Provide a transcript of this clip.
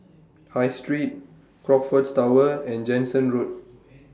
High Street Crockfords Tower and Jansen Road